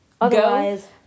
Otherwise